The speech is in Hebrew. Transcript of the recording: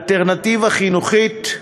אלטרנטיבה חינוכית,